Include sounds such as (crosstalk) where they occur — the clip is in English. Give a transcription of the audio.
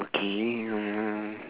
okay (noise)